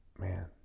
man